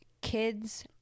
kids